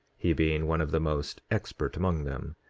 he being one of the most expert among them,